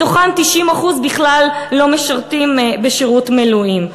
מתוכם, 90% בכלל לא משרתים בשירות מילואים.